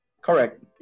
Correct